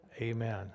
Amen